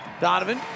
Donovan